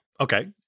Okay